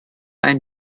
ein